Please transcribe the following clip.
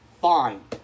fine